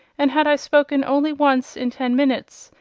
and had i spoken only once in ten minutes,